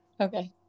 Okay